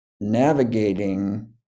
navigating